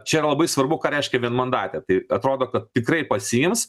čia yra labai svarbu ką reiškia vienmandatė tai atrodo kad tikrai pasiims